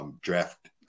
Draft